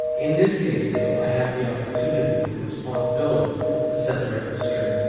in this case, though, i have the opportunity and responsibility to set the record straight